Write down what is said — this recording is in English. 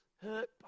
hurt